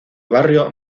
barrio